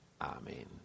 Amen